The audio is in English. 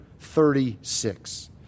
36